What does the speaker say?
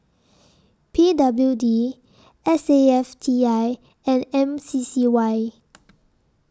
P W D S A F T I and M C C Y